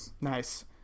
Nice